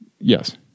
yes